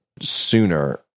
sooner